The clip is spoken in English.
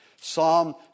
Psalm